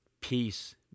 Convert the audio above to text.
Peace